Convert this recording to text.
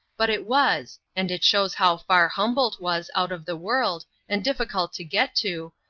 but it was, and it shows how far humboldt was out of the world and difficult to get to,